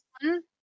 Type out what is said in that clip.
one